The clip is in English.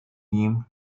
him